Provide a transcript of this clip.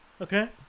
Okay